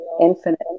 infinite